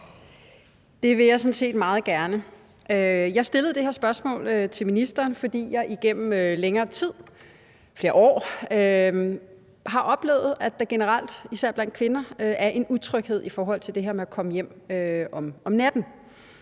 jeg sådan set meget gerne. Jeg har stillet det her spørgsmål til ministeren, fordi jeg igennem længere tid, igennem flere år, har oplevet, at der generelt, især blandt kvinder, er en utryghed i forhold til det her med at komme hjem om natten.